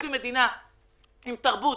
האם אנחנו רוצים מדינה עם תרבות,